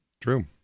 True